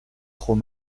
trop